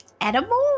edible